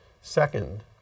Second